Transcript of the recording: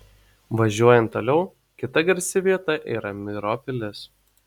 važiuojant toliau kita garsi vieta yra myro pilis